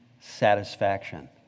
satisfaction